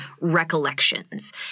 recollections